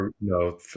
No